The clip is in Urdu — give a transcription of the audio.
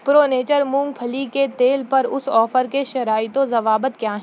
پرو نیچر مونگ پھلی کے تیل پر اس آفر کے شرائط و ضوابط کیا ہیں